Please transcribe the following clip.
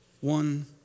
one